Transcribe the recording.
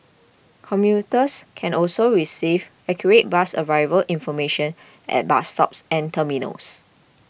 commuters can also receive accurate bus arrival information at bus stops and terminals